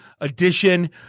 edition